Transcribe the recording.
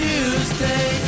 Tuesday